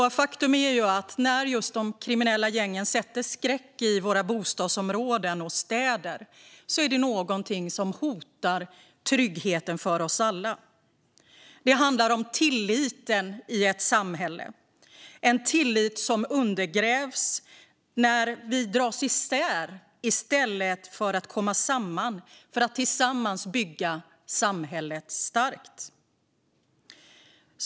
Faktum är att när de kriminella gängen sätter skräck i våra bostadsområden och städer är det någonting som hotar tryggheten för oss alla. Det handlar om tilliten i ett samhälle, en tillit som undergrävs när vi dras isär i stället för att komma samman för att tillsammans bygga samhället starkt.